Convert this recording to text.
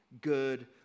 good